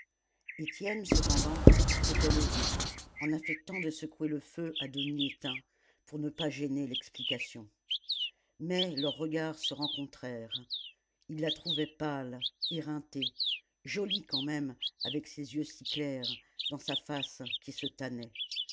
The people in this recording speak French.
étienne cependant s'était levé en affectant de secouer le feu à demi éteint pour ne pas gêner l'explication mais leurs regards se rencontrèrent il la trouvait pâle éreintée jolie quand même avec ses yeux si clairs dans sa face qui se tannait